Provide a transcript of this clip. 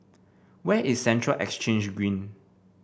where is Central Exchange Green